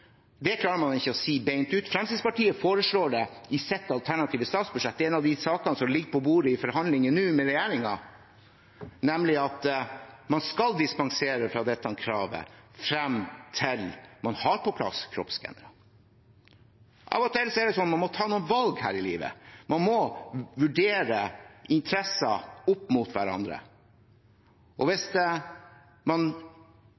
Det klarer man ikke å si rett ut. Fremskrittspartiet foreslår dette i sitt alternative statsbudsjett. Det er en av de sakene som ligger på bordet i forhandlingene med regjeringen nå, nemlig at man skal dispensere fra dette kravet frem til man har på plass kroppsskannere. Av og til er det sånn at man må ta noen valg her i livet, man må vurdere interesser opp mot hverandre. Hvis man